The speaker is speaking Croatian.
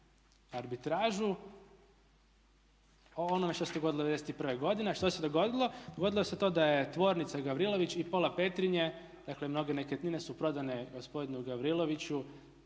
arbitražu o onome što se dogodilo '91. godine. A što se dogodilo? Dogodilo se to da je tvornica Gavrilović i pola Petrinje, dakle mnoge nekretnine su prodane gospodinu Gavriloviću